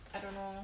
I don't know